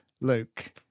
Luke